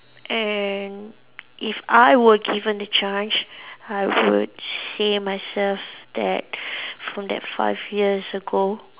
and if I were given the chance I would say myself that from that five years ago